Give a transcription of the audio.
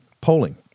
polling